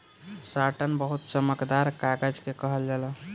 satin बहुत चमकदार कागज के कहल जाला